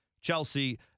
chelsea